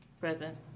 Present